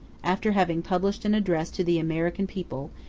after having published an address to the american people,